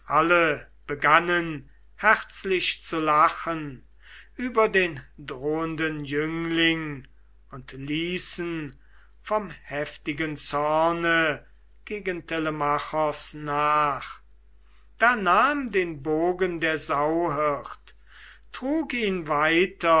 begannen herzlich zu lachen über den drohenden jüngling und ließen vom heftigen zorne gegen telemachos nach da nahm den bogen der sauhirt trug ihn weiter